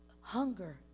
Hunger